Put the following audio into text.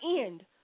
end